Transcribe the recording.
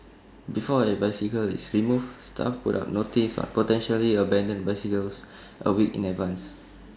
before A bicycle is removed staff put up notices on potentially abandoned bicycles A week in advance